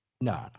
No